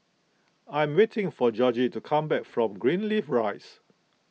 I am waiting for Georgie to come back from Greenleaf Rise